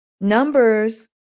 numbers